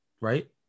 Right